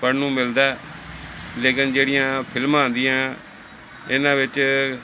ਪੜ੍ਹਨ ਨੂੰ ਮਿਲਦਾ ਲੇਕਿਨ ਜਿਹੜੀਆਂ ਫਿਲਮਾਂ ਆਉਂਦੀਆਂ ਇਹਨਾਂ ਵਿੱਚ